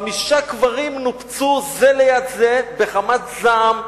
חמישה קברים נופצו זה ליד זה בחמת זעם,